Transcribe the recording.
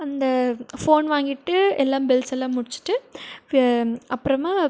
அந்த ஃபோன் வாங்கிட்டு எல்லாம் பில்ஸெல்லாம் முடித்துட்டு அப்புறமா